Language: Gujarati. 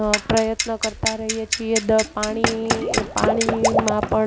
પ્રયત્ન કરતાં રહીએ છીએ પાણી પાણીમાં પણ